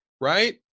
Right